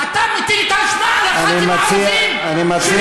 אתה מטיל את האשמה על הח"כים הערבים שמלבים ומעלים,